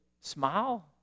smile